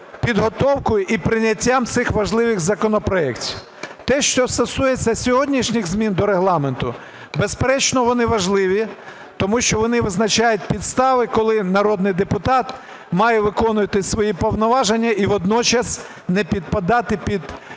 підготовкою і прийняттям цих важливих законопроектів. Те, що стосується сьогоднішніх змін до Регламенту, безперечно, вони важливі, тому що вони визначають підстави, коли народний депутат має виконувати свої повноваження і водночас не підпадати під